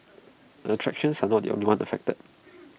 attractions are not the only ones affected